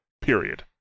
Period